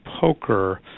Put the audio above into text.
poker